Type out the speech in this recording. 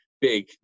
big